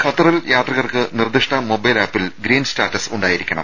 ഖത്തറിൽ യാത്രികർക്ക് നിർദ്ദിഷ്ട മൊബൈൽ ആപ്പിൽ ഗ്രീൻ സ്റ്റാറ്റസ് ഉണ്ടായിരിക്കണം